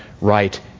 right